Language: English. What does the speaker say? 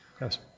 Yes